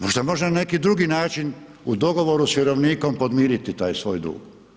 Možda može na neki drugi način u dogovoru s vjerovnikom podmiriti taj svoj dug.